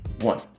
one